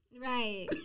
Right